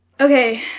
Okay